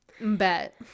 Bet